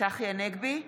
צחי הנגבי,